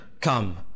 come